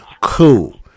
cool